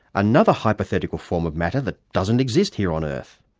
another hypothetical form of matter that doesn't exist here on earth.